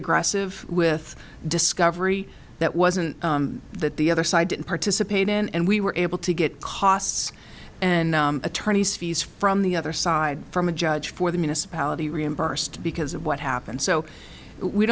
aggressive with discovery that wasn't that the other side didn't participate and we were able to get costs and attorneys fees from the other side from a judge for the municipality reimbursed because of what happened so we